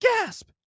Gasp